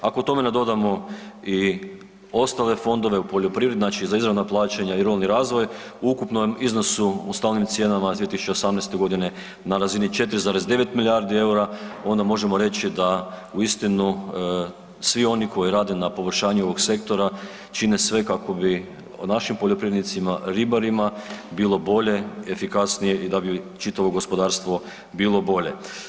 Ako tome nadodamo i ostale fondove u poljoprivredi, znači za izravna plaćanja i ruralni razvoj u ukupnom iznosu u stalnim cijenama iz 2018.g. na razini 4,9 milijardi EUR-a, onda možemo reći da uistinu svi oni koji rade na poboljšanju ovog sektora čine sve kako bi našim poljoprivrednicima, ribarima, bilo bolje, efikasnije i da bi čitavo gospodarstvo bilo bolje.